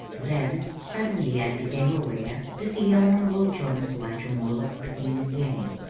then, suddenly i became aware that the honorable jonas whitermore was speaking again.